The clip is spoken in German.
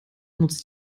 nutzt